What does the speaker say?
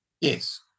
Yes